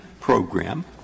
program